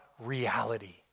reality